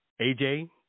AJ